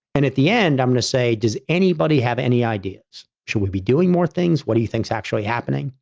and at the end, i'm going to say, does anybody have any ideas? should we be doing more things? what do you think's actually happening?